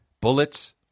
Bullets